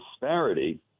disparity